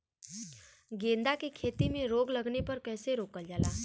गेंदा की खेती में रोग लगने पर कैसे रोकल जाला?